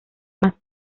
más